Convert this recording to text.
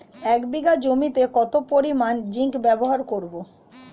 এক বিঘা জমিতে কত পরিমান জিংক ব্যবহার করব?